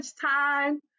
time